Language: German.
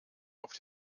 auf